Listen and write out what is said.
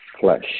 flesh